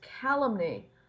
calumny